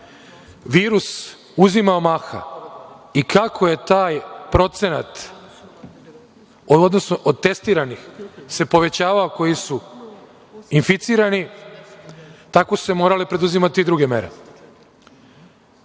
virus uzimao maha i kako je taj procenat u odnosu na testirane se povećavao na one koji su inficirani, tako su se morale preduzimati i druge mere.